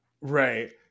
right